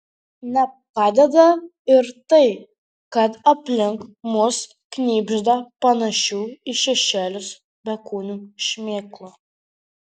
nepadeda ir tai kad aplink mus knibžda panašių į šešėlius bekūnių šmėklų